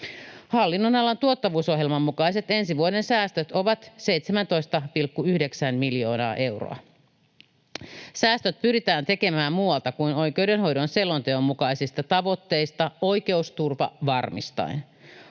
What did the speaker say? Hallinnonalan tuottavuusohjelman mukaiset ensi vuoden säästöt ovat 17,9 miljoonaa euroa. Säästöt pyritään tekemään muualta kuin oikeudenhoidon selonteon mukaisista tavoitteista oikeusturva varmistaen.